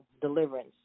deliverance